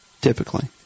typically